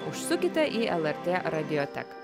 užsukite į lrt radioteką